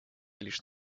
лишь